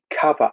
cover